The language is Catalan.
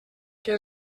que